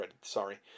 sorry